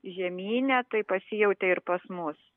žemyne tai pasijautė ir pas mus